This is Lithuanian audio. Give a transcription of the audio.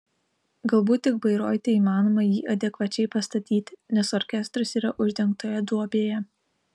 galbūt tik bairoite įmanoma jį adekvačiai pastatyti nes orkestras yra uždengtoje duobėje